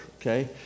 okay